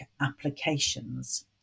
applications